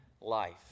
life